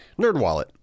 NerdWallet